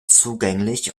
zugänglich